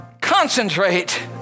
Concentrate